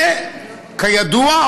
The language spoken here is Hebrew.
וכידוע,